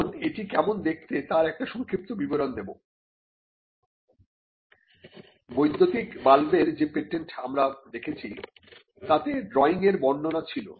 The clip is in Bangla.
এখন এটি কেমন দেখতে তার একটি সংক্ষিপ্ত বিবরণ দেব বৈদ্যুতিক বাল্বের যে পেটেন্ট আমরা দেখেছি তাতে ড্রইং এর বর্ণনা ছিল